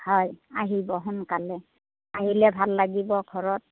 হয় আহিব সোনকালে আহিলে ভাল লাগিব ঘৰত